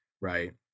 right